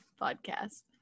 Podcast